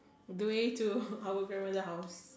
going to our grandmother house